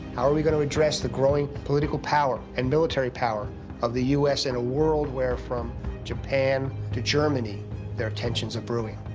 ah are we going to address the growing political power and military power of the u s. in a world where from japan to germany there are tensions a-brewing?